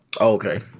okay